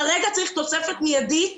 כרגע צריך תוספת מיידית